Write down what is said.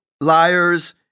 liars